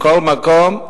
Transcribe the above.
כל מקום,